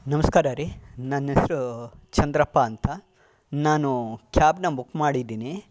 ನಮಸ್ಕಾರ ರೀ ನನ್ನ ಹೆಸರು ಚಂದ್ರಪ್ಪ ಅಂತ ನಾನು ಕ್ಯಾಬ್ನ ಬುಕ್ ಮಾಡಿದ್ದೀನಿ